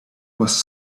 was